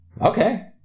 okay